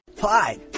hi